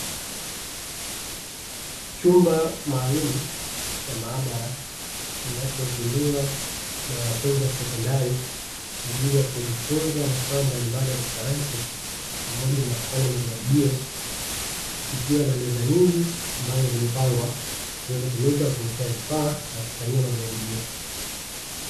Chumba maalumu cha maabara ambacho hutumiwa na wanafunzi wa sekondari, kwa ajili ya kujifunza maswala mbalimbali ya kisayansi pamoja na kufanya majaribio, kikiwa na meza nyingi ambazo zimepangwa zinatumika kuwekea vifaa na kufanyia majaribio.